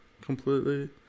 completely